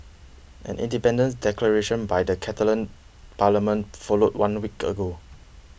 an independence declaration by the Catalan parliament followed one week ago